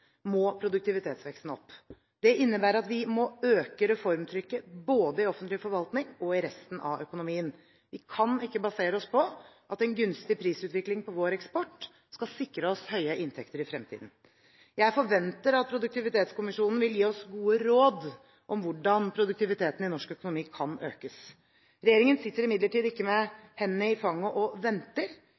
må produktivitetsveksten opp. Det innebærer at vi må øke reformtrykket både i offentlig forvaltning og i resten av økonomien. Vi kan ikke basere oss på at en gunstig prisutvikling på vår eksport skal sikre oss høye inntekter i fremtiden. Jeg forventer at Produktivitetskommisjonen vil gi oss gode råd om hvordan produktiviteten i norsk økonomi kan økes. Regjeringen sitter imidlertid ikke med hendene i fanget og venter.